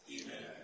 Amen